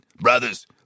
Brothers